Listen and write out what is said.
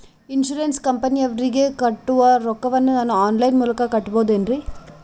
Insurance ಕಂಪನಿಯವರಿಗೆ ಕಟ್ಟುವ ರೊಕ್ಕ ವನ್ನು ನಾನು ಆನ್ ಲೈನ್ ಮೂಲಕ ಕಟ್ಟಬಹುದೇನ್ರಿ?